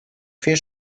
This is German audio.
vier